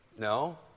No